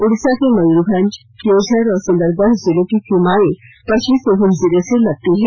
ओडिशा के मयुरभंज क्योंझार और सुंदरगढ जिलों की सीमाए पश्चिमी सिंहभूम जिले से लगती हैं